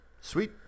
Sweet